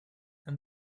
and